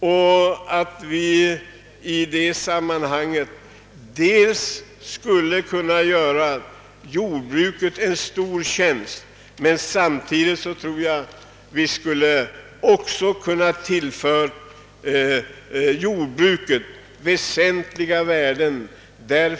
Därigenom hade man kunnat göra jordbruket en stor tjänst och kunnat tillföra jordbruket väsentliga värden.